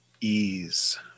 ease